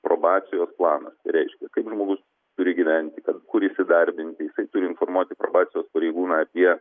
probacijos planas tai reiškia kaip žmogus turi gyventi kad kur įsidarbinti jisai turi informuoti probacijos pareigūną apie